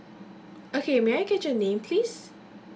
okay may I get your name please